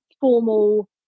formal